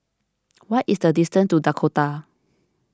what is the distance to Dakota